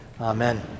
Amen